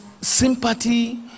sympathy